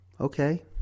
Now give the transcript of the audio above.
okay